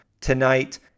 tonight